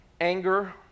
anger